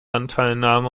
anteilnahme